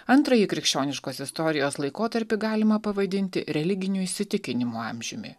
antrąjį krikščioniškos istorijos laikotarpį galima pavadinti religinių įsitikinimų amžiumi